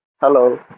Hello